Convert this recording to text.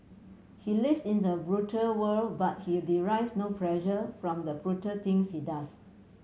he lives in the brutal world but he derives no pleasure from the brutal things he does